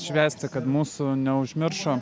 švęsti kad mūsų neužmiršo